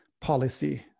policy